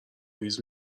اویز